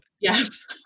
Yes